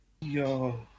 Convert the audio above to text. yo